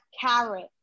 carrot